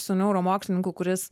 su neuromokslininku kuris